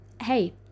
hey